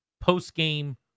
post-game